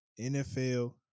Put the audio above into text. NFL